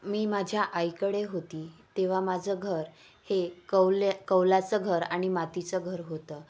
मी माझ्या आईकडे होती तेव्हा माझं घर हे कौले कौलाचं घर आणि मातीचं घर होतं